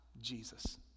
Jesus